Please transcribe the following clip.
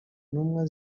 ntumwa